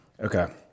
Okay